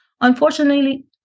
unfortunately